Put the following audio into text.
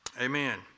Amen